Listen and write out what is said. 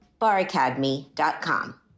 baracademy.com